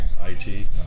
I-T